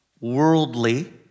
worldly